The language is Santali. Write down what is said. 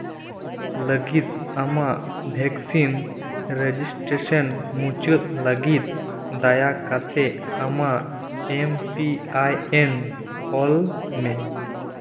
ᱞᱟᱹᱜᱤᱫ ᱟᱢᱟᱜ ᱵᱷᱮᱠᱥᱤᱱ ᱨᱮᱡᱤᱥᱴᱨᱮᱥᱮᱱ ᱢᱩᱪᱟᱹᱫ ᱞᱟᱹᱜᱤᱫ ᱫᱟᱭᱟᱠᱟᱛᱮ ᱟᱢᱟᱜ ᱮᱢ ᱯᱤ ᱟᱭ ᱮᱱ ᱚᱞ ᱢᱮ